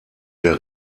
der